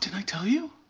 and i tell you?